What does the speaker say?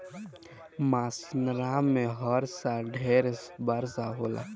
मासिनराम में हर साल ढेर बरखा होला